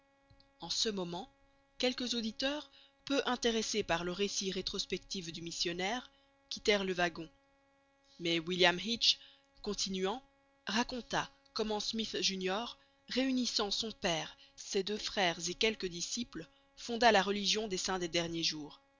en ce moment quelques auditeurs peu intéressés par le récit rétrospectif du missionnaire quittèrent le wagon mais william hitch continuant raconta comment smyth junior réunissant son père ses deux frères et quelques disciples fonda la religion des saints des derniers jours